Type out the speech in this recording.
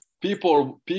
people